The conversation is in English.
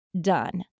done